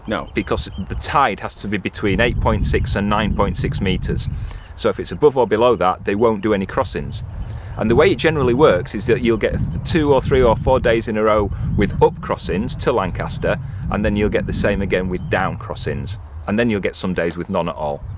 no. because the tide has to be between eight point six and nine point six meters so if it's above or below that they won't do any crossings and the way it generally works is that you'll get two or three or four days in a row with up crossings to lancaster and then you'll get the same again with down crossings and then you'll get some days with none at all,